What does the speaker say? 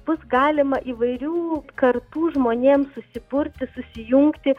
bus galima įvairių kartų žmonėms susiburti susijungti